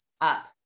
up